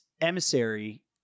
emissary